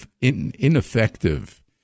ineffective